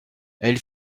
elle